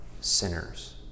sinners